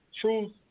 truth